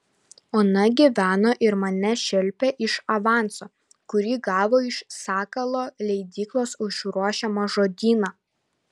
ona gyveno ir mane šelpė iš avanso kurį gavo iš sakalo leidyklos už ruošiamą žodyną